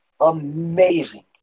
amazing